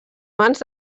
mans